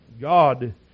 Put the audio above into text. God